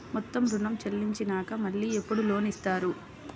మొత్తం ఋణం చెల్లించినాక మళ్ళీ ఎప్పుడు లోన్ ఇస్తారు?